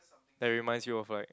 that reminds you of like